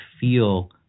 feel